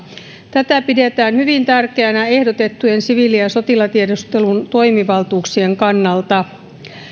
tätä pidetään hyvin tärkeänä ehdotettujen siviili ja sotilastiedustelun toimivaltuuksien kannalta